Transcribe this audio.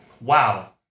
wow